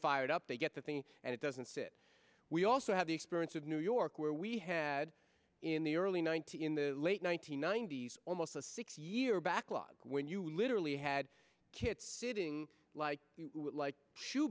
fired up they get the thing and it doesn't sit we also have the experience of new york where we had in the early ninety's in the late one nine hundred ninety s almost a six year backlog when you literally had kits sitting like like